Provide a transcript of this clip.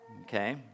Okay